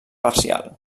parcial